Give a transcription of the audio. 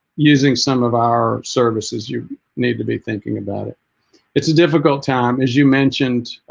using some of our services you need to be thinking about it it's a difficult time as you mentioned